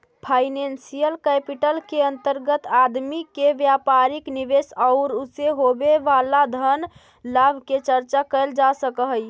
financial capital के अंतर्गत आदमी के व्यापारिक निवेश औउर उसे होवे वाला धन लाभ के चर्चा कैल जा सकऽ हई